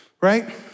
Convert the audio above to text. Right